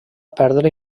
perdre